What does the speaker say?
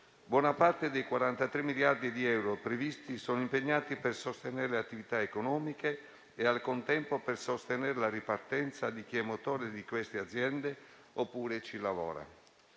Buona parte dei 43 miliardi di euro previsti sono impegnati per sostenere le attività economiche e, al contempo, per sostenere la ripartenza di chi è motore di queste aziende oppure ci lavora.